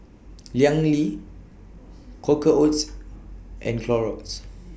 Liang Yi Quaker Oats and Clorox